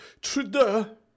Trudeau